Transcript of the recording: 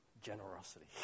generosity